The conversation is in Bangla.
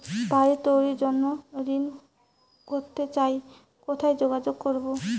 বাড়ি তৈরির জন্য ঋণ করতে চাই কোথায় যোগাযোগ করবো?